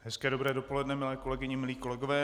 Hezké dobré dopoledne, milé kolegyně, milí kolegové.